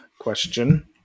question